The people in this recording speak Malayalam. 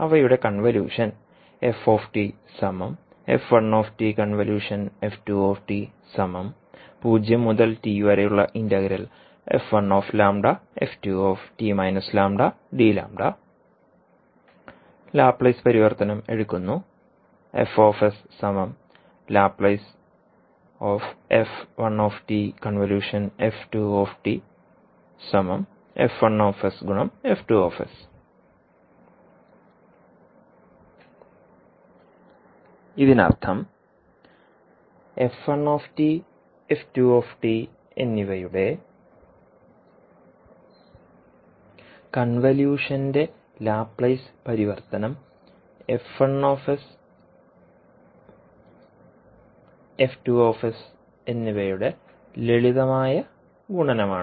അവയുടെ കൺവല്യൂഷൻ ലാപ്ലേസ് പരിവർത്തനം എടുക്കുന്നു ഇതിനർത്ഥം എന്നിവയുടെ കൺവല്യൂഷന്റെ ലാപ്ലേസ് പരിവർത്തനം എന്നിവയുടെ ലളിതമായ ഗുണനമാണ്